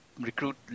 recruit